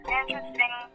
interesting